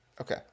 Okay